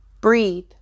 Breathe